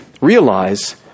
realize